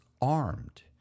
armed